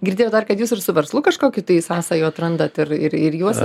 girdėjau dar kad jūs ir su verslu kažkokių tai sąsajų atrandat ir ir juos